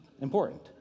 important